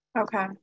Okay